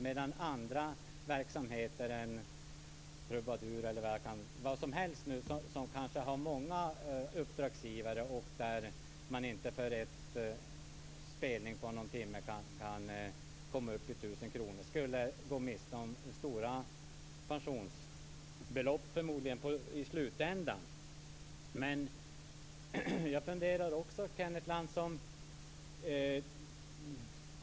Inom andra verksamheter - man kanske är trubadur eller liknande - har man kanske många uppdragsgivare. För en spelning på någon timme kommer man kanske inte upp i 1 000 kr. De skulle förmodligen gå miste om stora pensionsbelopp i slutändan. Jag funderar också på en sak, Kenneth Lantz.